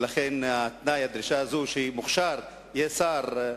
ולכן הדרישה הזאת שמוכשר יהיה שר,